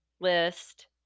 list